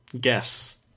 guess